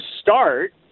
start